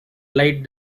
light